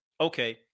Okay